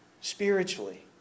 spiritually